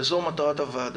וזו מטרת הוועדה,